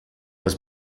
was